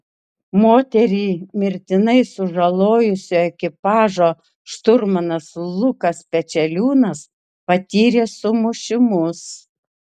moterį mirtinai sužalojusio ekipažo šturmanas lukas pečeliūnas patyrė sumušimus